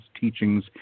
teachings